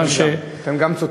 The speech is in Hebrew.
אבל הם גם צודקים.